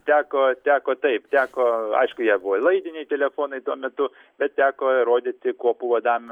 teko teko taip teko aišku jie buvo laidiniai telefonai tuo metu bet teko rodyti kuopų vadam